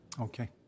Okay